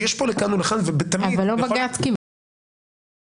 לא בג"צ קיבל